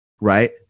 Right